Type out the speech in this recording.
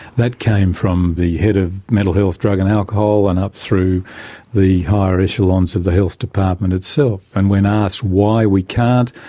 that came from the head of mental health, drug and alcohol and up through the higher echelons of the health department itself. and when asked why we can't,